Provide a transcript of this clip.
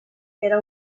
era